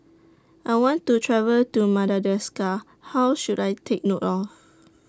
I want to travel to Madagascar How should I Take note of